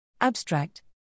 Abstract